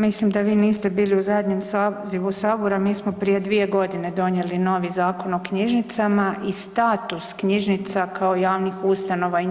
Mislim da vi niste bili u zadnjem sazivu Sabora, mi smo prije 2 g. donijeli novi Zakon o knjižnicama i status knjižnica kao javnih ustanova i